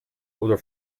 oder